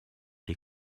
des